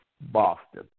Boston